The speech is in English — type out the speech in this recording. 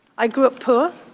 i grew up poor,